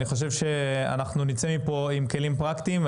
אני חושב שאנחנו נצא מפה עם כלים פרקטיים.